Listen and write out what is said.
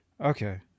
Okay